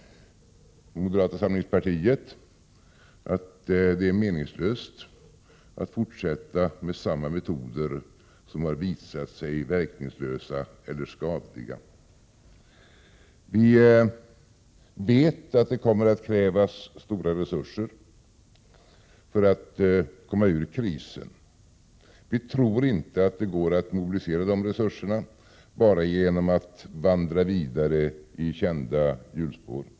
Moderata samlingspartiet menar att det är meningslöst att fortsätta med samma metoder som har visat sig verkningslösa eller skadliga. Vi vet att det kommer att krävas stora resurser för att komma ur krisen, och vi tror inte att det går att mobilisera dessa resurser genom att bara vandra vidare i kända hjulspår.